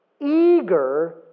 eager